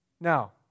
Now